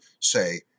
say